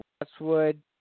Westwood